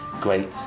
great